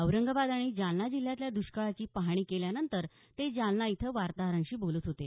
औरंगाबाद आणि जालना जिल्ह्यातल्या द्ष्काळाची पाहणी केल्यानंतर ते जालना इथं वार्ताहरांशी बोलत होते